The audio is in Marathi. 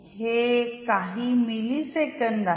हे काही मिलीसेकंद आहे